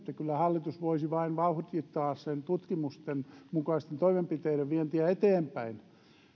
kyllä hallitus voisi vain vauhdittaa tutkimusten mukaisten toimenpiteiden vientiä eteenpäin